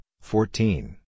fourteen